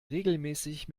regelmäßig